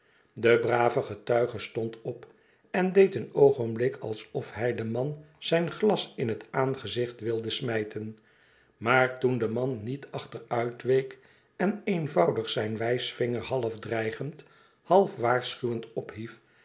de brave getuige stond op en deed een oogenblik alsof hij den man zijn glas in het aangezicht wilde smijten maar toen de man niet achteruitweek en eenvoudig zijn wijsvinger half dreigend half waarschuwend ophief